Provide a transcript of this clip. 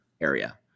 area